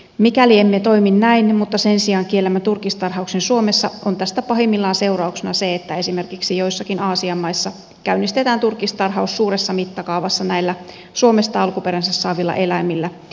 mikäli emme toimi näin mutta sen sijaan kiellämme turkistarhauksen suomessa on tästä pahimmillaan seurauksena se että esimerkiksi joissakin aasian maissa käynnistetään turkistarhaus suuressa mittakaavassa näillä suomesta alkuperänsä saavilla eläimillä